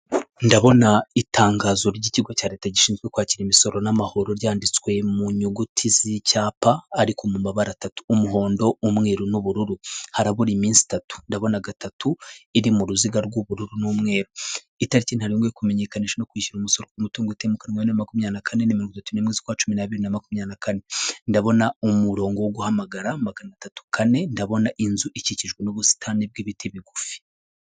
Ndabona itangazo ry'ikigo cya leta gishinzwe kwakira imisoro n'amahoro byanditswe mu nyuguti z'icyapa ariko mu mabara atatu y'umuhondo umweru n'ubururu harabura iminsi itatu ndabona gatatu iri mu ruziga rw'ubururu n'umweru, itariki ntaren rimwe yo kumenyekanisha no kwishyura umusoro ku mutungo utimukanwa na makumyabiri kane ni mirongo itatu n imwe cumi nabiri na makumyabiri na kane, ndabona umurongo wo guhamagara magana atatu kane ndabona inzu ikikijwe n'ubusitani bw'ibiti bigufi.